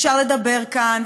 אפשר לדבר כאן,